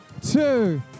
two